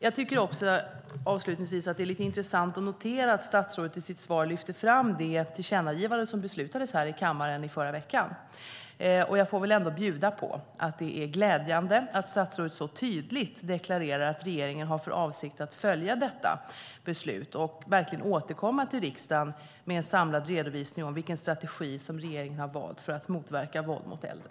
Jag tycker också avslutningsvis att det är lite intressant att notera att statsrådet i sitt svar lyfter fram det tillkännagivande som beslutades här i kammaren i förra veckan, och jag får ändå bjuda på att det är glädjande att statsrådet så tydligt deklarerar att regeringen har för avsikt att följa detta beslut och verkligen återkomma till riksdagen med en samlad redovisning om vilken strategi som regeringen har valt för att motverka våld mot äldre.